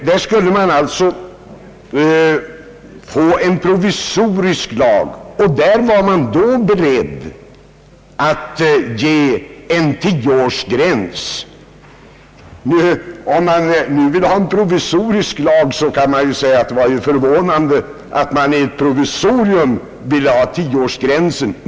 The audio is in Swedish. Motionärerna föreslog då en provisorisk lag och var beredda att acceptera en tioårsgräns. Det var förvånande att man i ett provisorium ville ha en tioårsgräns.